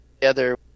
together